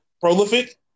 prolific